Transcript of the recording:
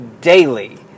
daily